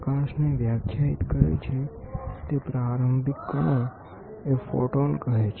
પ્રકાશને વ્યાખ્યાયિત કરે છે તે પ્રારંભિક કણો એ ફોટોન છે